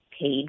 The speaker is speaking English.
paid